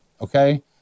Okay